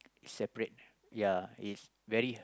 separate ya is very